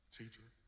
teacher